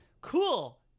cool